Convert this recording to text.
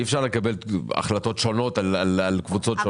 אי אפשר לקבל החלטות שונות לקבוצות שונות,